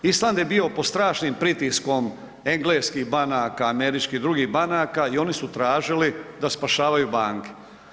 Island je bio pod strašnim pritiskom engleskih banaka, američkih i drugih banaka i oni su tražili da spašavaju banke.